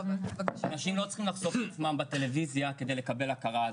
אנשים לא צריכים לחשוף את עצמם בטלוויזיה כדי לקבל הכרה,